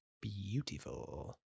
Beautiful